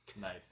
Nice